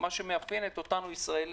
מה שמאפיין את אותנו כישראלים.